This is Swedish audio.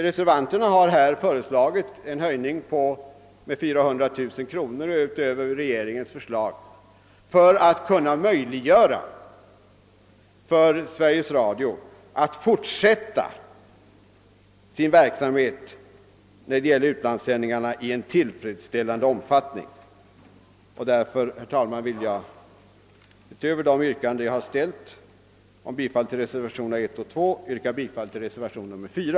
Reservanterna har föreslagit en höjning av anslaget med 400 000 kronor utöver regeringens förslag för att göra det möjligt för Sveriges Radio att i tillfredsställande omfattning bedriva denna verksamhet. Herr talman! Utöver de yrkanden jag ställt om bifall till reservationerna 1 och 2 ber jag att få yrka bifall till reservationen 4.